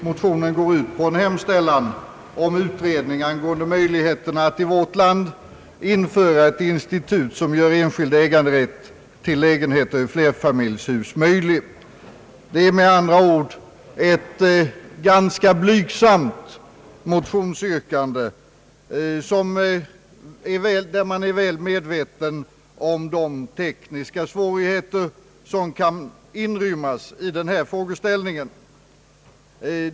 Motionen går ut på en hemställan om utredning angående möjligheterna att i vårt land införa ett institut som gör enskild äganderätt till lägenheter i flerfamiljsfastighet möjlig. Det är med andra ord ett ganska blygsamt motionsyrkande, och man är väl medveten om de tekniska svårigheter som kan inrymmas i denna frågeställning.